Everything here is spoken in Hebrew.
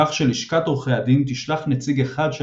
כך שלשכת עורכי הדין תשלח נציג אחד של